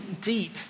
deep